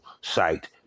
site